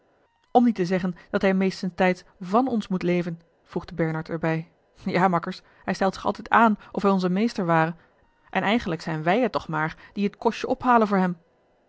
om niet te zeggen dat hij meestentijds van ons moet leven voegde bernard er bij ja makkers hij stelt zich altijd aan of hij onze meester ware en eigenlijk zijn wij het toch maar die het kostje ophalen voor hem